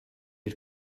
had